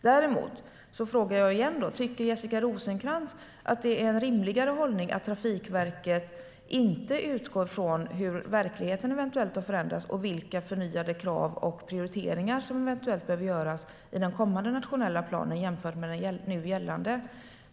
Däremot frågar jag igen: Tycker Jessica Rosencrantz att det är en rimligare hållning att Trafikverket inte utgår från hur verkligheten eventuellt har förändrats och vilka förnyade krav och prioriteringar som eventuellt behöver göras i den kommande nationella planen jämfört med den nu gällande?